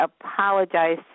apologize